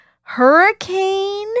Hurricane